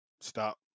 stop